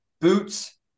Boots